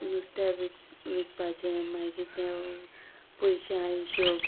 नुस्तें विक विकपाचें मागीर तें पयशा हिशोब